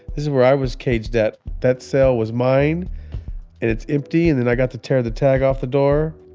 this is where i was caged at. that cell was mine and it's empty. and then i got to tear the tag off the door.